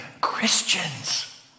Christians